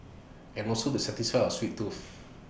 and also to satisfy our sweet tooth